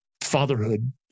fatherhood